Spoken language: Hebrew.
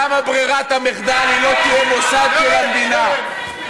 למה ברירת המחדל לא תהיה מוסד של המדינה?